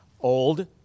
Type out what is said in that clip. Old